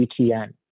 BTN